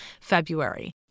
February